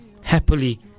happily